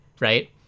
right